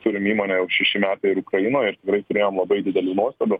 turim įmonę jau šeši metai ir ukrainoj ir tikrai turėjom labai didelių nuostolių